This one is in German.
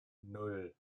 nan